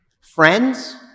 friends